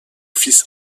fils